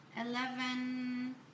Eleven